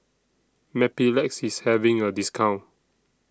Mepilex IS having A discount